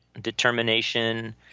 determination